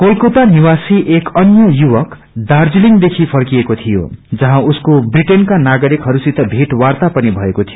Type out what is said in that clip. कोलकाता निवासी एक अन्य युवक दार्जीलिंगे देखि फर्किएको थियो जहाँ उसको ब्रिटेनका नागरिकहरूसित भेट वार्ता पनि भएको थियो